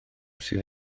sydd